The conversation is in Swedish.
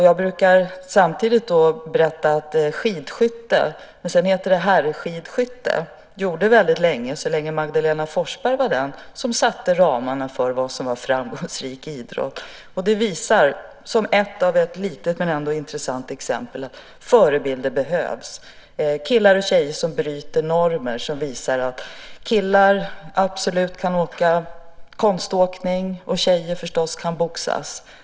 Jag brukar berätta att man säger skidskytte, men sedan hette det herrskidskytte så länge Magdalena Forsberg var den som satte ramarna för vad som var framgångsrikt inom den idrotten. Det är ett litet men ändå intressant exempel på att förebilder behövs. Det behövs killar och tjejer som bryter normer och visar att killar absolut kan ägna sig åt konståkning och tjejer kan boxas.